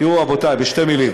רבותי, בשתי מילים.